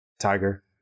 Tiger